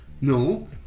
No